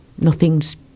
nothing's